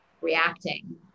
reacting